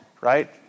right